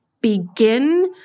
begin